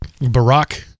barack